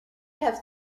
have